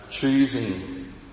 choosing